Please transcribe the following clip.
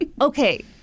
Okay